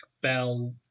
Bell